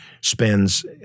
spends